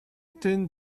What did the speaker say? ten